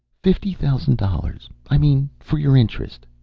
fifty thousand dollars? i mean for your interest?